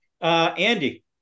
Andy